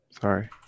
sorry